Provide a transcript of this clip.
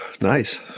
Nice